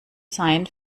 seien